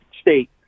State